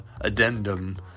addendum